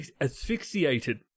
asphyxiated